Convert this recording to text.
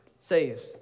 saves